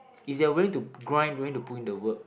if they are willing to grind willing to pull in the work